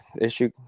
issue